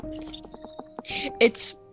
It's-